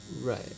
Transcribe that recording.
Right